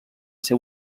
ser